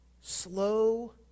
slow